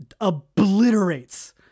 obliterates